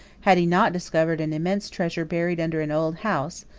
had he not discovered an immense treasure buried under an old house,